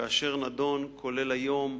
כאשר נדון, כולל היום,